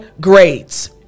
grades